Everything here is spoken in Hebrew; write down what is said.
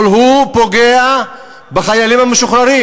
אבל הוא פוגע בחיילים המשוחררים.